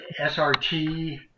SRT